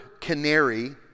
canary